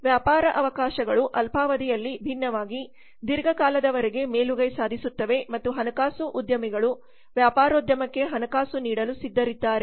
ವ್ಯಾಪಾರ ಅವಕಾಶಗಳು ಅಲ್ಪಾವಧಿಯಲ್ಲಿ ಭಿನ್ನವಾಗಿ ದೀರ್ಘಕಾಲದವರೆಗೆ ಮೇಲುಗೈ ಸಾಧಿಸುತ್ತವೆ ಮತ್ತು ಹಣಕಾಸು ಉದ್ಯಮಿಗಳು ವ್ಯಾಪಾರೋದ್ಯಮಕ್ಕೆ ಹಣಕಾಸು ನೀಡಲು ಸಿದ್ಧರಿದ್ದಾರೆ